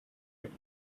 you